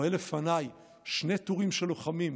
רואה לפניי שני טורים של לוחמים,